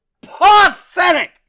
pathetic